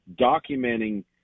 documenting